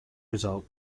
result